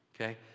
Okay